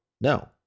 No